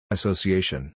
Association